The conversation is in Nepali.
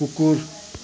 कुकुर